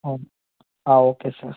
ಹ್ಞಾ ಹಾಂ okay sir